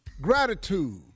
gratitude